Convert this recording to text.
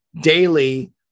daily